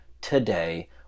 today